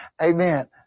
Amen